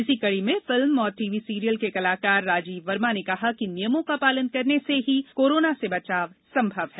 इसी कड़ी में फिल्म और टीवी सीरियल के कलाकार राजीव वर्मा ने कहा कि नियमों का पालन करने से ही कोरोना से बचाव संभव है